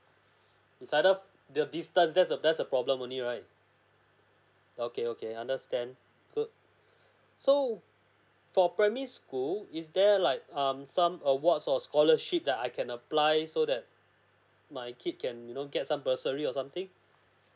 it's either the distance that's that's the problem only right okay okay understand so so for primary school is there like um some awards or scholarship that I can apply so that my kid can you know get some bursary or something